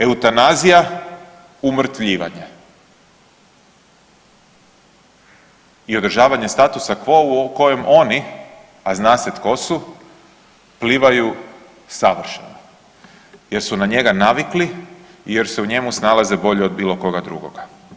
Eutanazija, umrtvljivanje i održavanje statusa quo u kojem oni, a zna se tko su plivaju savršeno, jer su na njega navikli, jer se u njemu snalaze bolje od bilo koga drugoga.